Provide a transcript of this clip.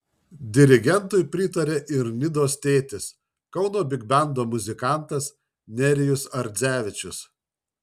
dirigentui pritarė ir nidos tėtis kauno bigbendo muzikantas nerijus ardzevičius